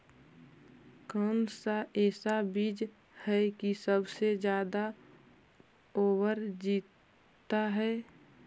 कौन सा ऐसा बीज है की सबसे ज्यादा ओवर जीता है?